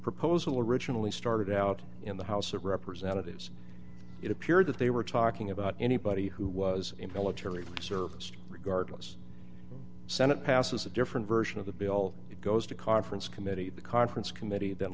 proposal originally started out in the house of representatives it appeared that they were talking about anybody who was in pelletier of service regardless senate passes a different version of the bill it goes to conference committee the conference committee tha